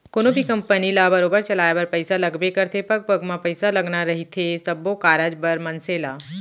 कोनो भी कंपनी ल बरोबर चलाय बर पइसा लगबे करथे पग पग म पइसा लगना रहिथे सब्बो कारज बर मनसे ल